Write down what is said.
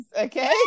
okay